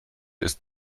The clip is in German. ist